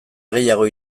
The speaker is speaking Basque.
gehiago